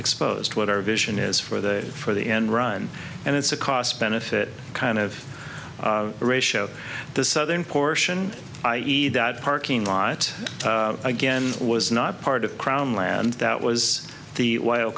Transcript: exposed what our vision is for the for the end run and it's a cost benefit kind of ratio the southern portion i e that parking lot again was not part of crown land that was the wild